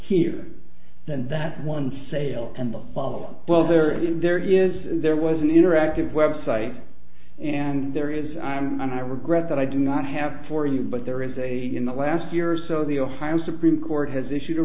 here than that one sale and the follow up well there isn't there is there was an interactive website and there is i'm and i regret that i do not have for you but there is a in the last year or so the ohio supreme court has issued a